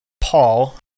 Paul